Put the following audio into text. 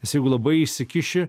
nes jeigu labai išsikiši